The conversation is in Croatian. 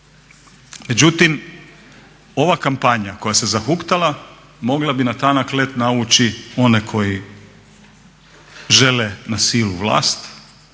Međutim, ova kampanja koja se zahuktala mogla bi na tanak led navući one koji žele na silu vlast,